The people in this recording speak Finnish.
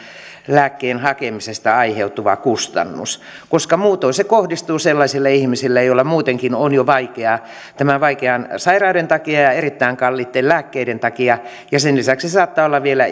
lääkkeen hakemisesta aiheutuva kustannus koska muutoin se kohdistuu sellaisille ihmisille joilla muutenkin on jo vaikeaa tämän vaikean sairauden takia ja erittäin kalliitten lääkkeiden takia ja sen lisäksi saattaa vielä